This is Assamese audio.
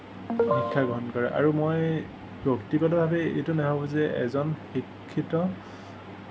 শিক্ষা গ্ৰহণ কৰে আৰু মই ব্যক্তিগতভাৱে এইটো নাভাবো যে এজন শিক্ষিত